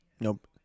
Nope